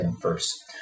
first